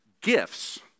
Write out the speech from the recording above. gifts